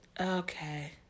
Okay